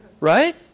Right